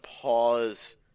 pause